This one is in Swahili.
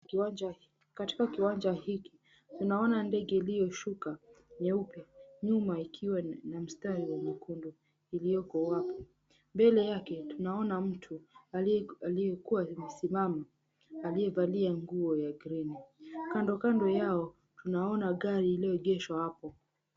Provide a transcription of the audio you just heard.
Kiwanja. Katika kiwanja hiki tunaona ndege iliyoshuka nyeupe nyuma ikiwa na mstari wa nyekundu iliyoko hapo. Mbele yake tunaona mtu aliyekuwa amesimama aliyevalia nguo ya green . Kando kando yao tunaona gari iliyoegeshwa hapo.